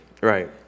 Right